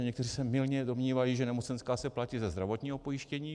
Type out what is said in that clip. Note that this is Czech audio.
Někteří se mylně domnívají, že nemocenská se platí ze zdravotního pojištění.